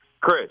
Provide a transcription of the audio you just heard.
Chris